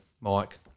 Mike